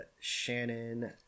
Shannon